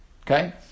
Okay